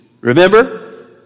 Remember